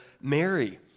Mary